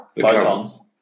Photons